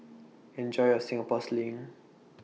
Enjoy your Singapore Sling